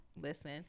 listen